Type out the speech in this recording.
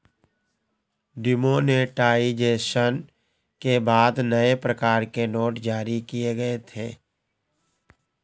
demonetisation के बाद नए प्रकार के नोट जारी किए गए थे